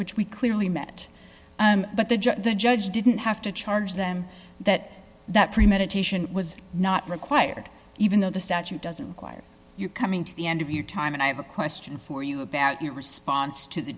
which we clearly met but the judge the judge didn't have to charge them that that premeditation was not required even though the statute doesn't require you coming to the end of your time and i have a question for you about your response to the